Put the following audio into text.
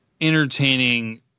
entertaining